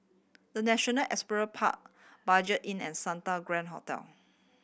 The National Equestrian Park Budget Inn and Santa Grand Hotel